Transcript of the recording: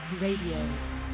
Radio